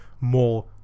more